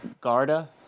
Garda